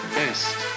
best